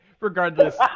regardless